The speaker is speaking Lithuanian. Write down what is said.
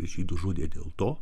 žydus žudė dėl to